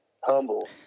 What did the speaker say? humble